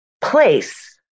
place